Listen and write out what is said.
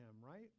right